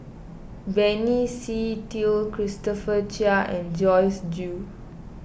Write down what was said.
Benny Se Teo Christopher Chia and Joyce Jue